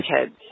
kids